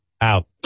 Out